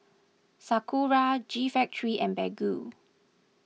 Sakura G Factory and Baggu